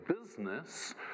business